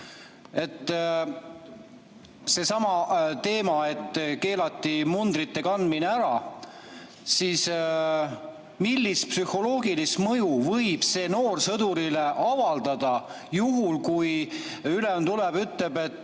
Seesama teema: kui keelatakse mundrite kandmine ära, siis millist psühholoogilist mõju võib see noorsõdurile avaldada, kui ülem tuleb ja ütleb, et